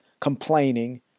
complaining